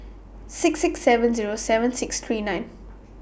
six six seven Zero seven six three nine